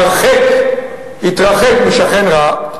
הרחק משכן רע.